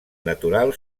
natural